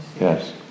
Yes